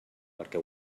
perquè